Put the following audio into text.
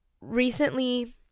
recently